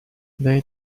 they